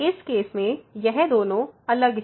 इस केस में यह दोनों अलग हैं